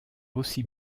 aussi